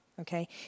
okay